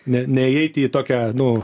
ne neįeiti į tokią nu